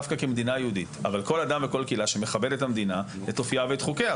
אבל רק כל אדם וקהילה שמכבדים את המדינה ואת חוקיה.